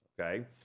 okay